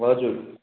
हजुर